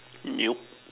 nope